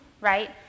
right